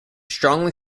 strongly